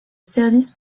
service